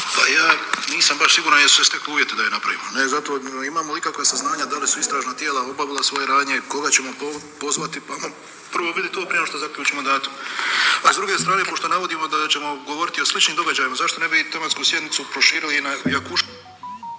Pa ja nisam baš siguran jesu se stekli uvjeti da je napravimo, ne zato, imamo li ikakva saznanja da li su istražna tijela obavila svoje radnje, koga ćemo pozvati pa ajmo prvo vidit to prije nego što zaključimo datum. A s druge strane pošto navodimo da ćemo govoriti o sličnim događajima, zašto ne bi tematsku sjednicu proširili i na